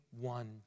one